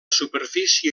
superfície